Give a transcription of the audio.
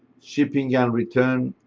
shipping and return